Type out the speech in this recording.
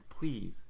please